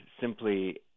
simply